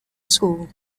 school